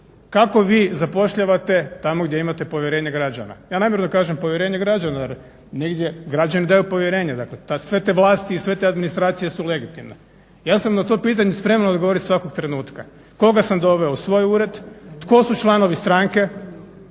kako vi zapošljavate tamo gdje imate povjerenje građana. Ja namjerno kažem povjerenje građana jer građani daju povjerenje, sve te vlasti i sve te administracije su legitimne. Ja sam na to pitanje spreman odgovorit svakog trenutka. Koga sam doveo u svoj ured, tko su članovi stranke